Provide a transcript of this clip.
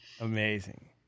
Amazing